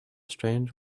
strange